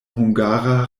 hungara